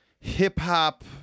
hip-hop